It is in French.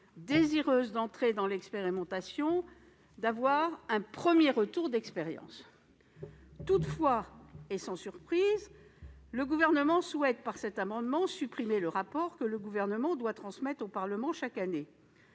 désireuses d'entrer dans l'expérimentation de profiter d'un premier retour d'expérience. Toutefois, et sans surprise, le Gouvernement souhaite, par cet amendement, supprimer le rapport qu'il devrait transmettre au Parlement chaque année